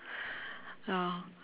ya